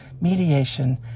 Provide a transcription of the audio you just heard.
mediation